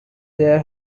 their